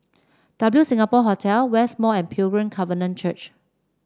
W Singapore Hotel West Mall and Pilgrim Covenant Church